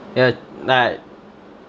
ya like